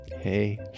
hey